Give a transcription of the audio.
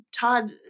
Todd